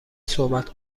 صحبت